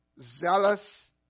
zealous